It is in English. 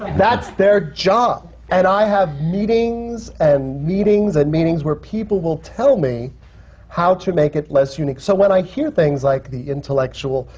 that's their job! and i have meetings and meeting and meetings where people will tell me how to make it less unique. so when i hear things like the intellectual,